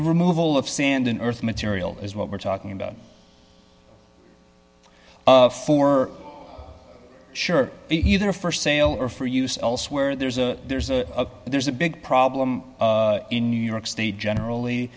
removal of sand and earth material is what we're talking about for sure either for sale or for use elsewhere there's a there's a there's a big problem in new york state generally